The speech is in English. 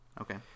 Okay